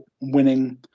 winning